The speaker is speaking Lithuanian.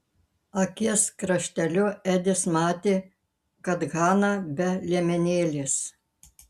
akies krašteliu edis matė kad hana be liemenėlės